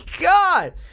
God